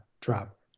drop